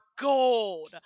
gold